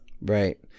right